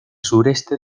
sureste